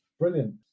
Brilliant